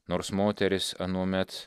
nors moteris anuomet